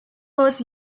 was